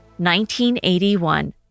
1981